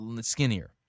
skinnier